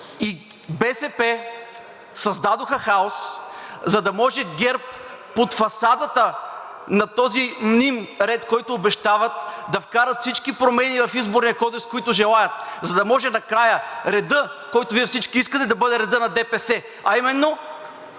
и БСП създадоха хаос, за да може ГЕРБ под фасадата на този мним ред, който обещават, да вкарат всички промени в Изборния кодекс, които желаят, за да може накрая редът, който Вие всички искате, да бъде редът на ДПС, а именно